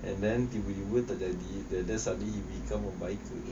and then tiba-tiba tak jadi and then suddenly become a biker